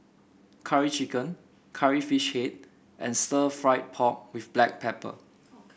Curry Chicken Curry Fish Head and Stir Fried Pork with Black Pepper